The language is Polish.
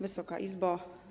Wysoka Izbo!